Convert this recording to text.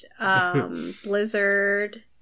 Blizzard